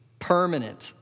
permanent